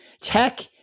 tech